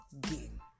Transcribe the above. game